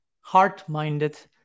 heart-minded